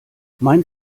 mein